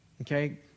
okay